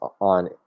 on